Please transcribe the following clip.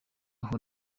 aho